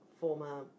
former